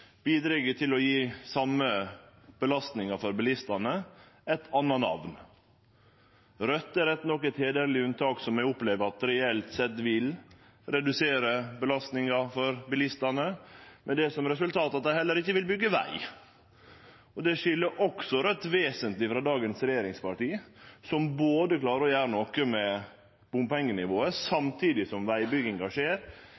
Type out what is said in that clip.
bidreg til å gje den same belastinga for bilistane eit anna namn. Raudt er rett nok eit heiderleg unntak, som eg opplever reelt sett vil redusere belastinga for bilistane, med det som resultat at dei heller ikkje vil byggje veg. Det skil også Raudt vesentleg frå dagens regjeringsparti, som både klarer å gjere noko med bompengenivået,